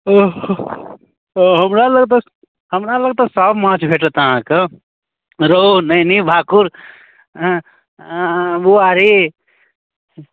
अऽे हऽ हँ हमरा लग तऽ हमरा लग तऽ सभ माछ भेटत अहाँके रहु नहि नहि भाकुर अऽ अऽ बुआरी